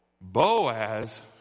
Boaz